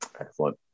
Excellent